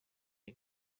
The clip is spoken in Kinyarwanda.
ibi